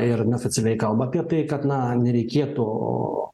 ir neoficialiai kalba apie tai kad na nereikėtų